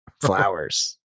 flowers